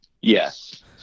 Yes